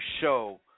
show